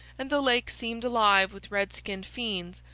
and the lake seemed alive with red-skinned fiends,